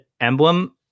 emblem